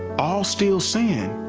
all still sin.